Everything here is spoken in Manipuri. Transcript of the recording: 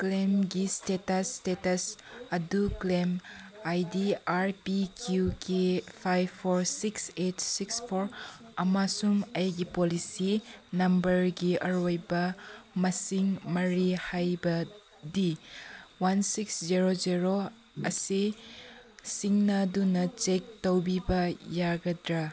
ꯀ꯭ꯂꯦꯝꯒꯤ ꯏꯁꯇꯦꯇꯁ ꯏꯁꯇꯦꯇꯁ ꯑꯗꯨ claim I D R P Q K five four six eight six four ꯑꯃꯁꯨꯡ ꯑꯩꯒꯤ ꯄꯣꯂꯤꯁꯤ ꯅꯝꯕꯔꯒꯤ ꯑꯔꯣꯏꯕ ꯃꯁꯤꯡ ꯃꯔꯤ ꯍꯥꯏꯕꯗꯤ ꯋꯥꯟ ꯁꯤꯛꯁ ꯖꯦꯔꯣ ꯖꯦꯔꯣ ꯑꯁꯤ ꯆꯤꯡꯅꯗꯨꯅ ꯆꯦꯛ ꯇꯧꯕꯤꯕ ꯌꯥꯒꯗ꯭ꯔꯥ